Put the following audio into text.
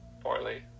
poorly